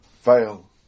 fail